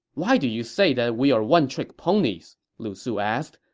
why do you say that we are one-trick ponies? lu su asked,